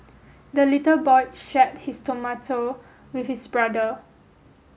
the little boy shared his tomato with his brother